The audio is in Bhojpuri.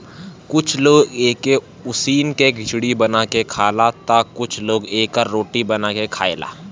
कुछ लोग एके उसिन के खिचड़ी बना के खाला तअ कुछ लोग एकर रोटी बना के खाएला